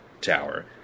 tower